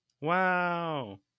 wow